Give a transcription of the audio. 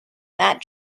that